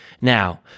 Now